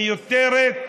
מיותרת,